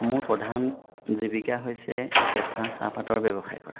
মোৰ প্ৰধান জীৱিকা হৈছে কেঁচা চাহপাতৰ ব্যৱসায় কৰা